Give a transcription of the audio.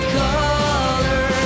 color